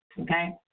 Okay